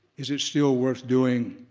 is it still worth doing?